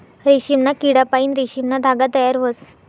रेशीमना किडापाईन रेशीमना धागा तयार व्हस